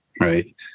Right